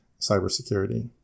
cybersecurity